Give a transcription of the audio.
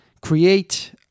create